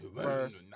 first